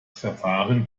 verfahren